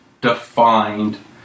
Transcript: defined